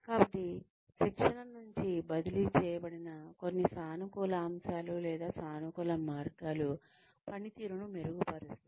కాబట్టి శిక్షణ నుంచి బదిలీ చేయబడిన కొన్ని సానుకూల అంశాలు లేదా సానుకూల మార్గాలు పనితీరును మెరుగుపరుస్తాయి